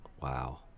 Wow